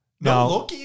No